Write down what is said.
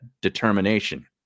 determination